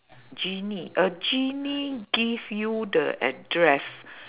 genie a genie give you the address